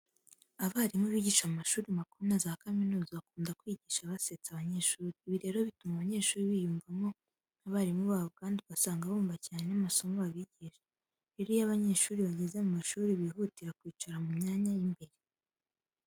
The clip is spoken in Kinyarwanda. Abarimu bigisha mu mashuri makuru na za kaminuza bakunda kwigisha basetsa abanyeshuri. Ibi rero bituma abanyeshuri biyumvamo abarimu babo kandi ugasanga bumva cyane n'amasomo babigisha. Rero iyo abanyeshuri bageze mu ishuri bihutira kwicara mu myanya y'imbere.